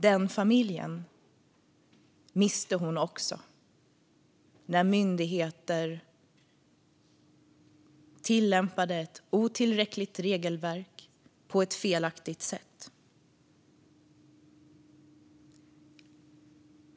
Den familjen miste hon också när myndigheter tillämpade ett otillräckligt regelverk på ett felaktigt sätt.